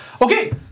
Okay